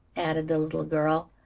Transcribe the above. added the little girl.